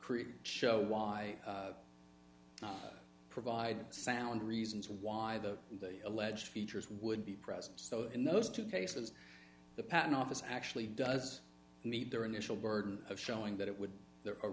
create show why not provide sound reasons why the alleged features would be present so in those two cases the patent office actually does meet their initial burden of showing that it would